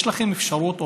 יש לכם אפשרות,